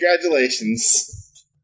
Congratulations